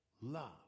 Love